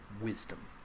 wisdom